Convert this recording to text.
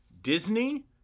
Disney